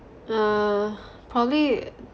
uh probably